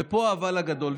ופה אבל הגדול,